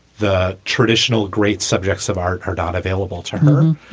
the traditional great subjects of art are not available term.